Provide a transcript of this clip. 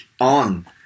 on